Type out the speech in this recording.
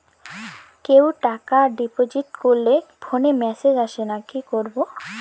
কেউ টাকা ডিপোজিট করলে ফোনে মেসেজ আসেনা কি করবো?